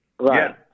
Right